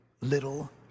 little